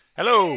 Hello